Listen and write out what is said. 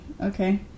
Okay